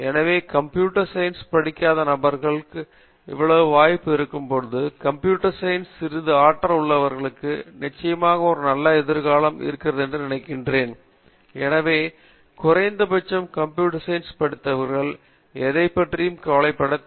எனவே computer science படிக்காத நபர்களுக்கே இவ்வளவு வாய்ப்பு இருக்கும் பொழுது கம்ப்யூட்டர் சயின்ஸ் COMPUTER SCIENCEல் சிறிது ஆற்றல் உள்ளவர்களுக்கு நிச்சயமாக ஒரு நல்ல எதிர்காலம் இருக்கிறது என்று நான் நினைக்கிறேன் எனவே குறைந்த பட்சம் கம்ப்யூட்டர் சயின்ஸ் படித்தவர்கள் எதைப் பற்றியும் கவலைப்பட தேவையில்லை